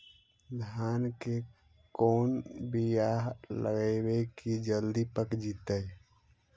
धान के कोन बियाह लगइबै की जल्दी पक जितै?